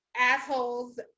assholes